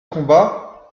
combat